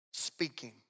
speaking